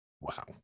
Wow